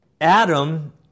Adam